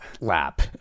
lap